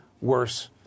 worse